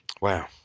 Wow